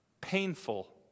painful